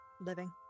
living